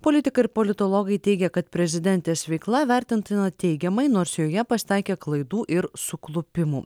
politikai ir politologai teigia kad prezidentės veikla vertintina teigiamai nors joje pasitaikė klaidų ir suklupimų